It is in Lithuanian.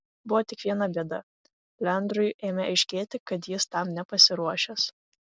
buvo tik viena bėda leandrui ėmė aiškėti kad jis tam nepasiruošęs